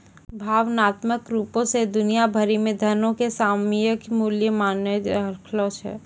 भावनात्मक रुपो से दुनिया भरि मे धनो के सामयिक मूल्य मायने राखै छै